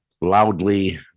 loudly